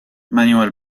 manual